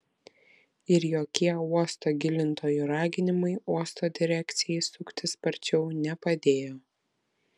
ir jokie uosto gilintojų raginimai uosto direkcijai suktis sparčiau nepadėjo